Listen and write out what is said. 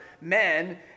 men